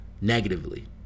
negatively